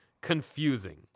confusing